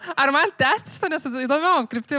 ar man tęsti šitą nes įdomiom kryptim